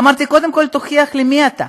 אמרתי: קודם כול, תוכיח לי מי אתה,